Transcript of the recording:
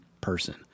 person